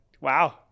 wow